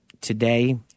today